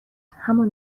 همان